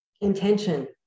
Intention